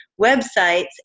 websites